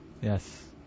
Yes